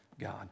God